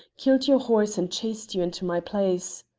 killed your horse, and chased you into my place.